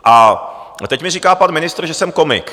A teď mi říká pan ministr, že jsem komik.